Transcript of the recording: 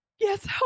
yes